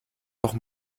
doch